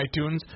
iTunes